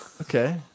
Okay